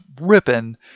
ripping